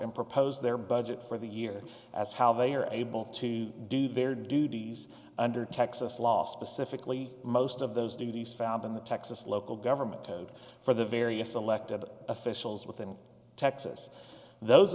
and propose their budget for the year as how they are able to do their duties under texas law specifically most of those duties found in the texas local government to vote for the various elected officials within texas those